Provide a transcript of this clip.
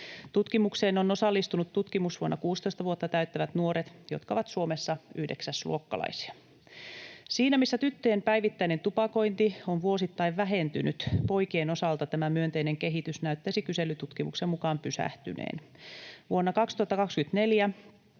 Tutkimukseen on osallistunut tutkimusvuonna 16 vuotta täyttävät nuoret, jotka ovat Suomessa yhdeksäsluokkalaisia. Siinä missä tyttöjen päivittäinen tupakointi on vuosittain vähentynyt, poikien osalta tämä myönteinen kehitys näyttäisi kyselytutkimuksen mukaan pysähtyneen. Vuonna 2024